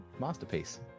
masterpiece